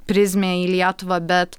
prizmė į lietuvą bet